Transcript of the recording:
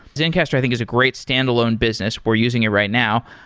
zencastr i think is a great standalone business. we're using it right now.